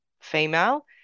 female